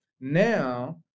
now